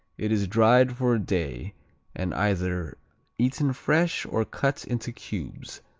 it is dried for a day and either eaten fresh or cut into cubes,